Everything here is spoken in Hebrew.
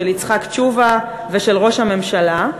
של יצחק תשובה ושל ראש הממשלה.